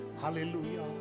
Hallelujah